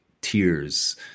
tears